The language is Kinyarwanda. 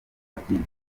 abyina